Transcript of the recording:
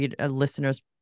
listeners